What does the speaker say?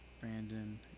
Brandon